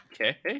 okay